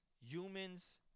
Humans